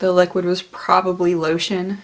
the liquid was probably lotion